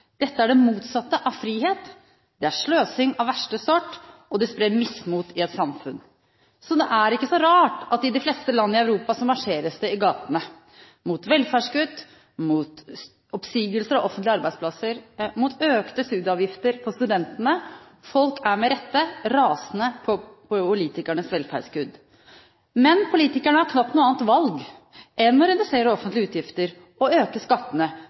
Dette er det motsatte av frihet. Det er sløsing av verste sort, og det sprer mismot i et samfunn. Det er ikke så rart at i de fleste land i Europa marsjeres det i gatene – mot velferdskutt, mot oppsigelser av offentlige arbeidsplasser, mot økte studieavgifter for studentene. Folk er, med rette, rasende på politikernes velferdskutt. Men politikerne har knapt noe annet valg enn å redusere offentlige utgifter og øke skattene,